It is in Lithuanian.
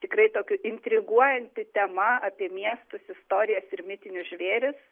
tikrai tokiu intriguojanti tema apie miestus istorijas ir mitinius žvėris